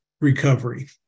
recovery